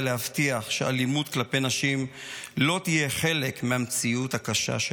להבטיח שהאלימות כלפי נשים לא תהיה חלק מהמציאות הקשה שלנו.